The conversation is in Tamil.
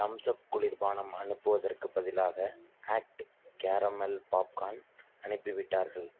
தம்ஸ் அப் குளிர் பானம் அனுப்புவதற்கு பதிலாக ஆக்ட் கேரமெல் பாப்கார்ன் அனுப்பிவிட்டார்கள்